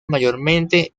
mayormente